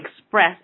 express